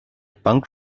punk